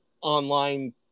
online